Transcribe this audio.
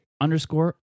underscore